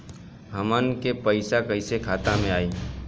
हमन के पईसा कइसे खाता में आय?